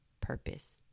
purpose